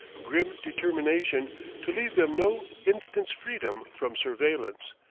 grim determination to leave them no instant's freedom from surveillance,